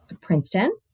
Princeton